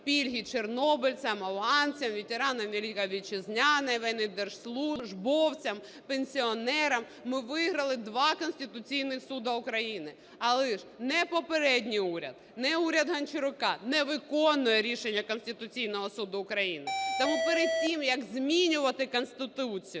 пільги чорнобильцям, афганцям, ветеранам Великої Вітчизняної війни, держслужбовцям, пенсіонерам. Ми виграли два Конституційні Суди України, але ж ні попередній уряд, ні уряд Гончарука не виконує рішення Конституційного Суду України. Тому перед тим, як змінювати Конституцію,